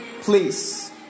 please